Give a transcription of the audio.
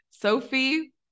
Sophie